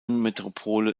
metropole